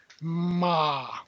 Ma